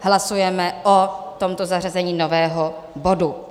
Hlasujeme o tomto zařazení nového bodu.